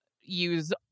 use